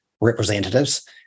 representatives